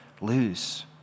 lose